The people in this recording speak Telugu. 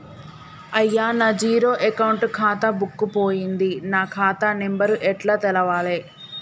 అయ్యా నా జీరో అకౌంట్ ఖాతా బుక్కు పోయింది నా ఖాతా నెంబరు ఎట్ల తెలవాలే?